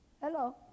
hello